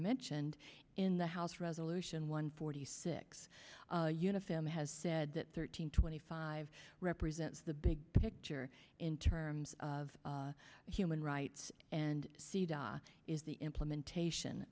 mentioned in the house resolution one forty six unifem has said that thirteen twenty five represents the big picture in terms of human rights and c the is the implementation